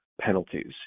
penalties